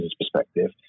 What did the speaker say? perspective